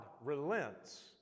relents